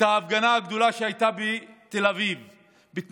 ההפגנה הגדולה שהייתה בתל אביב בזמן שחוקק חוק הלאום,